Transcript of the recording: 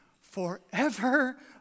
forever